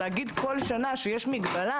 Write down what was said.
להגיד כל שנה שיש מגבלה,